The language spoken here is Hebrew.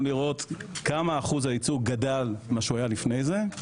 לראות כמה אחוז היצור גדל ממה שהוא היה לפני זה.